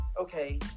okay